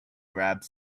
grabbed